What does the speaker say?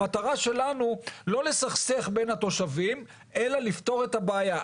המטרה שלנו היא לא לסכסך בין התושבים אלא לפתור את הבעיה.